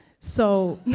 so